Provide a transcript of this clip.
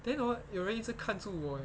then orh 有人一直看住我 eh